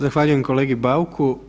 Zahvaljujem kolegi Bauku.